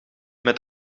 met